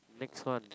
next one